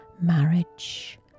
marriage